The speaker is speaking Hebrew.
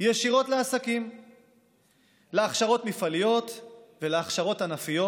ישירות למעסיקים, להכשרות מפעליות ולהכשרות ענפיות,